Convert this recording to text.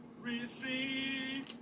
receive